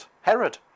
Herod